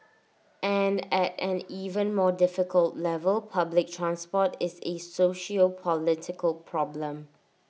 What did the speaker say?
and at an even more difficult level public transport is A sociopolitical problem